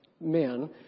Men